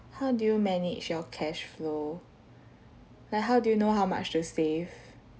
how do you manage your cash flow like how do you know how much to save